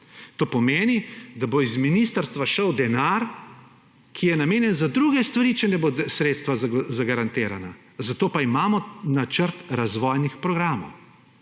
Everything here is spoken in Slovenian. to pomeni, da bo iz ministrstva šel denar, ki je namenjen za druge stvari, če ne bodo sredstva zagarantirana. Zato pa imamo načrt razvojnih programov.